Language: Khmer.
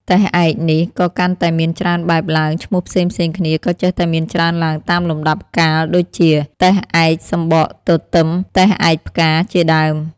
ទេសឯកនេះ ក៏កាន់តែមានច្រើនបែបឡើង ឈ្មោះផ្សេងៗគ្នាក៏ចេះតែមានច្រើនឡើងតាមលំដាប់កាល ដូចជា ទេសឯកសំបកទទិម, ទេសឯកផ្កា ជាដើម។